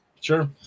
Sure